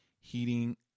heating